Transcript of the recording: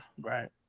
Right